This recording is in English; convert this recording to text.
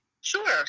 Sure